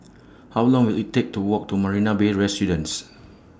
How Long Will IT Take to Walk to Marina Bay Residences